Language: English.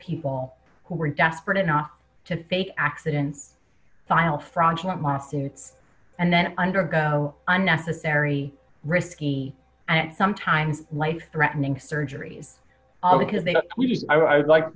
people who are desperate enough to fake accidents while fraudulent lawsuits and then undergo unnecessary risky and sometimes life threatening surgeries all because they like